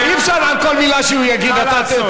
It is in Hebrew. חבר הכנסת גטאס,